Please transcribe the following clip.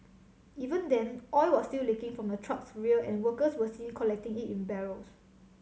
even then oil was still leaking from the truck's rear and workers were seen collecting it in barrels